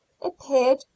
appeared